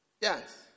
Yes